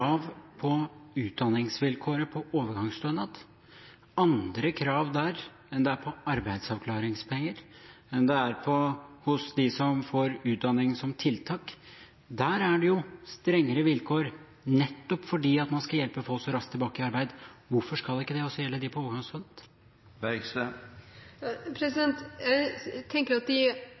til utdanningsvilkåret på overgangsstønad, andre krav der, enn det er på arbeidsavklaringspenger, enn det er hos dem som får utdanning som tiltak? Der er det jo strengere vilkår nettopp fordi man skal hjelpe folk raskt tilbake i arbeid. Hvorfor skal ikke det også gjelde dem på overgangsstønad? Jeg tenker at de